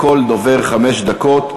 לכל דובר חמש דקות.